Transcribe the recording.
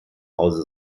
hause